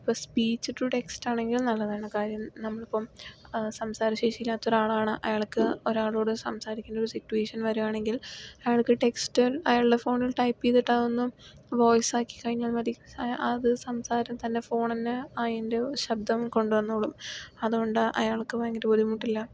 ഇപ്പൊ speech to text ആണെങ്കിൽ നല്ലതാണ് കാര്യം നമ്മളിപ്പം സംസാര ശേഷി ഇല്ലാത്ത ഒരാളാണ് അയ്യാൾക്ക് ഒരാളോട് സംസാരിക്കാൻ ഉള്ള സിറ്റുവേഷൻ വരുവാണെങ്കിൽ അയാൾക്ക് ടെക്സ്റ്റ് അയാളുടെ ഫോണിൽ ടൈപ്പ് ചെയ്തിട്ട് അത് ഒന്ന് വോയിസ് ആക്കി കഴിഞ്ഞാൽ മതി അത് സംസാരം തന്നെ ഫോൺ തന്നെ അതിൻ്റെ ശബ്ദം കൊണ്ടുവന്നോളും അത് കൊണ്ട് അയാൾക്ക് ഭയങ്കര ബുദ്ധിമുട്ടില്ല